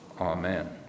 Amen